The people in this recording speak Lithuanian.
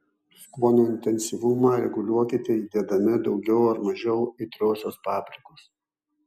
skonio intensyvumą reguliuokite įdėdami daugiau ar mažiau aitriosios paprikos